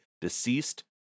deceased